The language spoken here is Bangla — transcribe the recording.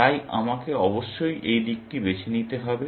তাই আমাকে অবশ্যই এই দিকটি বেছে নিতে হবে